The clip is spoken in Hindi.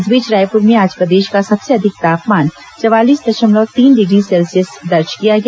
इस बीच रायपुर में आज प्रदेश का सबसे अधिक तापमान चवालीस दशमलव तीन डिग्री सेल्सियस दर्ज किया गया